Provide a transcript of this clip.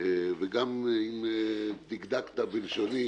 וגם אם דקדקת בלשוני,